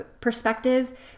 perspective